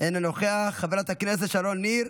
אינו נוכח, חברת הכנסת שרון ניר,